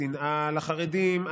השנאה לחרדים,